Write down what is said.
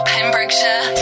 Pembrokeshire